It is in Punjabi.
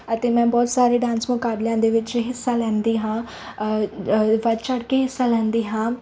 ਅਤੇ ਮੈਂ ਬਹੁਤ ਸਾਰੇ ਡਾਂਸ ਮੁਕਾਬਲਿਆਂ ਦੇ ਵਿੱਚ ਹਿੱਸਾ ਲੈਂਦੀ ਹਾਂ ਵੱਧ ਚੜ੍ਹ ਕੇ ਹਿੱਸਾ ਲੈਂਦੀ ਹਾਂ